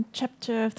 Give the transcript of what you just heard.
chapter